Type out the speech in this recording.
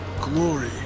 glory